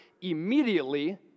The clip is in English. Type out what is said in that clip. immediately